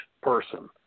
person